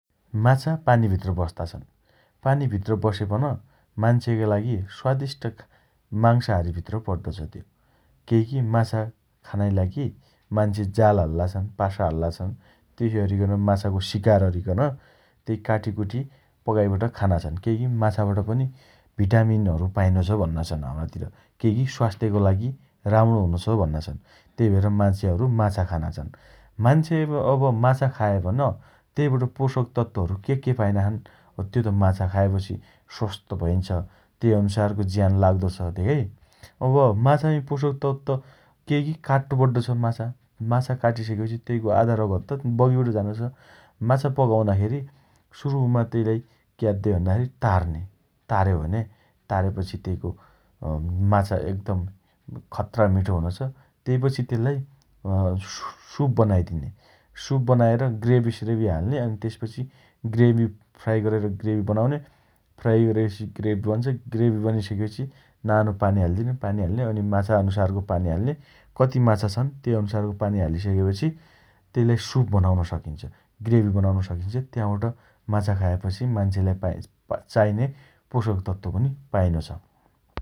माछा पानी भित्र बस्ता छन् । पानीभित्र बसेपन मान्छेका लागि स्वादिष्ट मांशाहारीभित्र पड्डो छ त्यो । केइकी माछा खानाइ लागि मान्छे जाल हाल्ला छन् । पासा हाल्ला छन् । तेसइ अरिकन माछाको शिकार अरिकन तेइ काटीकुटी पकाइबट खाना छन् । केइकी माछाबट पनि भिटामिनहरू पाइनो छ भन्ना छन् हम्रातिर । केइकी स्वास्थ्यको लागि राम्णो हुनो छ भन्ना छन् । तेइ भएर मान्छेहरू माछा खाना छन् । मान्छे अब् अब माछा खाएपन तेइबट पोषक तत्वहरु के के पाइना छन्? त्यो त माछा खाएपछि स्वस्त भइन्छ । तेइ अनुसारको ज्यान लाग्दो छ धेगाइ । अब माछामी पोषक तत्व केइकी काट्टो पड्डो छ माछा । माछा काटिसकेपछि तेइको आदा रगत त बगिबट झानो छ । माछा पकाउँदा खेरी सुरुमा तेइलाई क्याद्दे भन्नाखेरी तार्ने । तारे भने तारेपछि तेइको अँ माछा एकदम खत्रा मिठो हुनो छ । तेइपछि तेल्लाइ अँ सुप बनाइादिने । सुप बनाएर ग्रेभी स्रेभी हाल्ने अनि तेसपछि ग्रेभी फ्राइ गरेर ग्रेभी बनाउने फ्राय अरेपछि ग्रेभी बन्छ ग्रेभी बनिसकेपछि नानो पानी हाल्दिने पानी हाल्ने । अनि माछा अनुसारको पानी हाल्ने । कति माछा छन् तेइ अनुसारको पानी हालिसकेपछि तेल्लाइ सुप बनाउन सकिन्छ । ग्रेभी बनाउन सकिन्छ । त्याँबट माछा खाएपछि मान्छेलाई पाइ चाइने पोषक तत्व पनि पाइँछ ।